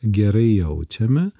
gerai jaučiame